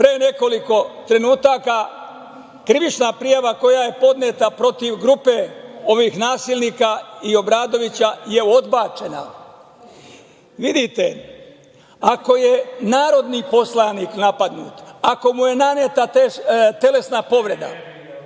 pre nekoliko trenutaka, krivična prijava koja je podneta protiv grupe ovih nasilnika i Obradovića, je odbačena. Vidite, ako je narodni poslanik napadnut, ako mu je naneta telesna povreda,